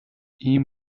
این